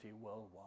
worldwide